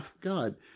God